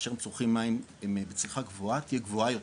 כאשר הם צורכים מים בצריכה גבוהה תהיה גבוהה יותר,